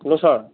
hello sir